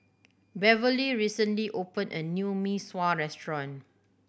Beverly recently opened a new Mee Sua restaurant